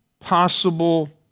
possible